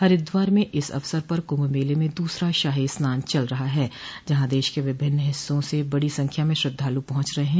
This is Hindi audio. हरिद्वार में इस अवसर पर कुंभ मेले में दूसरा शाही स्नान चल रहा है जहां देश के विभिन्न हिस्सों से बड़ी संख्या में श्रद्वालु पहुंच रहे हैं